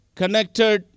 connected